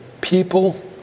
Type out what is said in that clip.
people